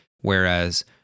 Whereas